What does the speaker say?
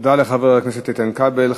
תודה לחבר הכנסת איתן כבל.